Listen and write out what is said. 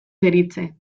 deritze